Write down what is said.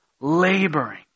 laboring